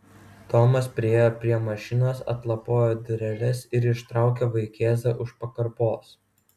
tomas priėjo prie mašinos atlapojo dureles ir ištraukė vaikėzą už pakarpos